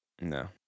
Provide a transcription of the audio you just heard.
No